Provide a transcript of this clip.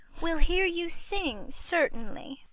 we'll hear you sing, certainly